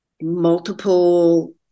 multiple